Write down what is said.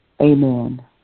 amen